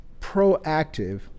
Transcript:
proactive